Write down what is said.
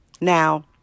Now